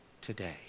today